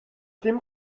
dim